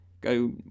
go